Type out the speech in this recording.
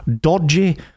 dodgy